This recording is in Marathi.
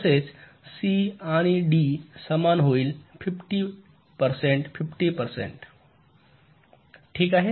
तसेच सी आणि डी समान होईल 50 टक्के 50 टक्के ठीक आहे